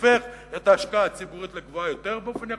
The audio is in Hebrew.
שהופך את ההשקעה הציבורית לגבוהה יותר באופן יחסי,